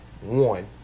one